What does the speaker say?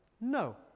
No